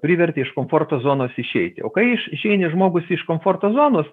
privertė iš komforto zonos išeiti o kai iš išeini žmogus iš komforto zonos